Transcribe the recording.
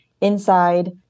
inside